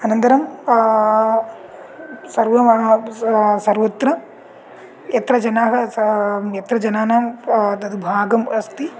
अनन्तरं सर्वमहा स सर्वत्र यत्र जनाः स यत्र जनानां पा तद् भागम् अस्ति